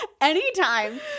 Anytime